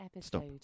stop